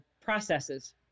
processes